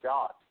God